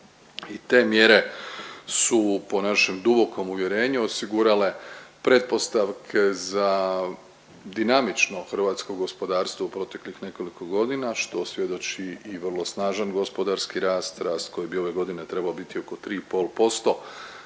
te mjere su po našem dubokom uvjerenju osigurale pretpostavke za dinamično hrvatsko gospodarstvo u proteklih nekoliko godina što svjedoči i vrlo snažan gospodarski rast. Rast koji bi ove godine trebao biti oko 3,5%.